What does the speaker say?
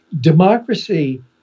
democracy